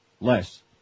Less